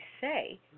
say